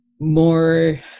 more